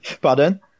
pardon